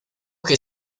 que